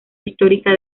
histórica